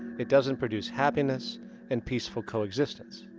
it doesn't produce happiness and peaceful coexistence?